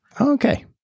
okay